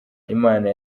imana